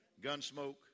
Gunsmoke